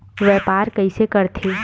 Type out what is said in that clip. व्यापार कइसे करथे?